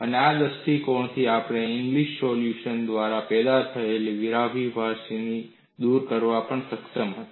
અને આ દ્રષ્ટિકોણથી આપણે ઇંગ્લિસ સોલ્યુશન દ્વારા પેદા થયેલા વિરોધાભાસને દૂર કરવામાં પણ સક્ષમ હતા